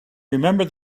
remember